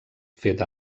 fet